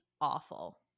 awful